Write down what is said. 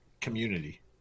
community